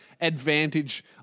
advantage